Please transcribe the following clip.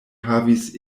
havis